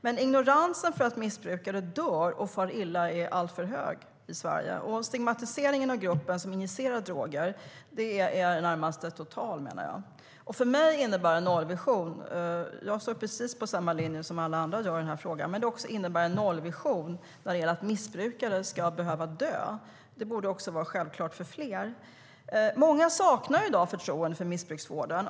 Men ignoransen inför att missbrukare dör och far illa är alltför hög i Sverige, och stigmatiseringen av gruppen som injicerar droger är i det närmaste total, menar jag. Många saknar i dag förtroende för missbruksvården.